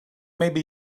maybe